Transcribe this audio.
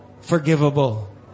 forgivable